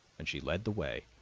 and she led the way,